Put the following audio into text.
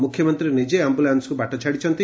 ମୁଖ୍ୟମନ୍ତୀ ନିଜେ ଆମ୍ପୁଲାନ୍ପକୁ ବାଟ ଛାଡିଛନ୍ତି